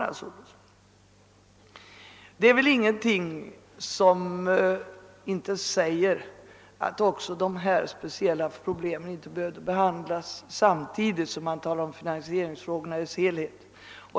Det finns väl inte något som säger att icke också dessa speciella problem behöver behandlas samtidigt som man behandlar finansieringsfrågorna i deras helhet.